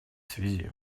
связи